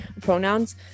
pronouns